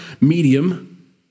medium